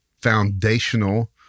foundational